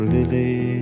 Lily